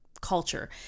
culture